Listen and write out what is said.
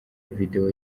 video